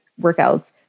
workouts